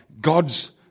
God's